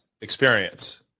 experience